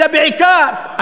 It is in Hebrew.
אלא בעיקר,